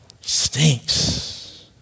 Stinks